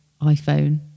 iphone